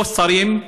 או גם שרים,